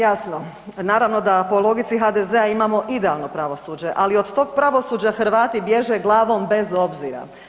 Jasno, naravno da u polovici HDZ-a imamo idealno pravosuđe, ali od toga pravosuđa Hrvati bježe glavom bez obzira.